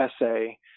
essay